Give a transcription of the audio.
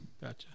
Gotcha